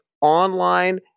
online